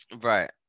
right